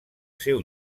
seu